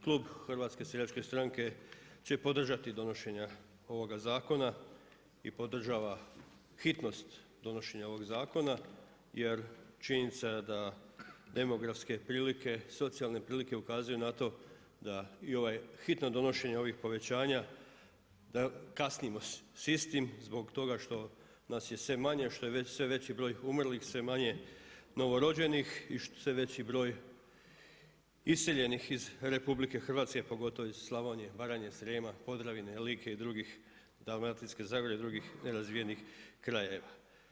Klub HSS će podržati donošenja ovoga zakona i podržava hitnost donošenje ovog zakona, jer činjenica je da demografske prilike, socijalne prilike ukazuju na to da i ovaj, hitno donošenje ovih povećanja, da kasnimo s istim zbog toga što nas je sve manje, što je sve veći broj umrlih, sve manje novorođenih i sve veći broj iseljenih iz RH, pogotovo iz Slavonije, Baranje, Srijema, Podravine, Like, Dalmatinske zagore i drugih razvijenih krajeva.